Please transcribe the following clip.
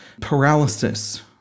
paralysis